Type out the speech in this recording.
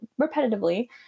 repetitively